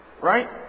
right